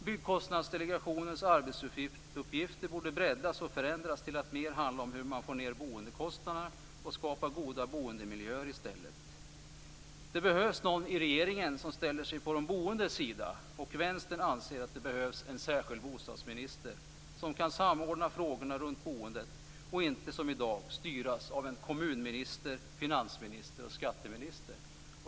Byggkostnadsdelegationens arbetsuppgifter borde breddas och förändras till att i stället handla om hur man får ned boendekostnaderna och skapar goda boendemiljöer. Det behövs någon i regeringen som ställer sig på de boendes sida. Vänstern anser att det behövs en särskild bostadsminister som kan samordna frågorna runt boendet. De frågorna skall inte, som i dag, styras av en kommunminister, en finansminister och en skatteminister.